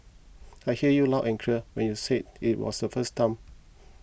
I hear you loud and clear when you said it the first time